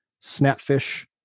snapfish